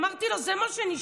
אמרתי לו שזה מה שנשאר.